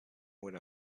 when